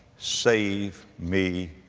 save me,